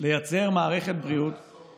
בקואליציה הרבה שנים.